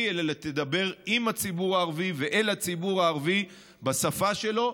אלא תדבר עם הציבור הערבי ואל הציבור הערבי בשפה שלו,